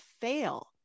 fail